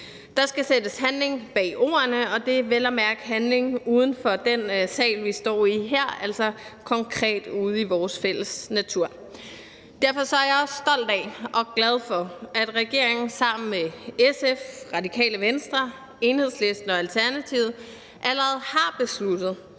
Der skal sættes handling bag ordene, og det er vel at mærke handling uden for den sal, vi står i her, altså konkret ude i vores fælles natur. Derfor er jeg også stolt af og glad for, at regeringen sammen med SF, Radikale Venstre, Enhedslisten og Alternativet allerede har besluttet